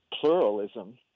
pluralism